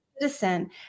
citizen